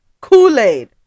kool-aid